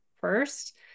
first